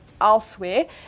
elsewhere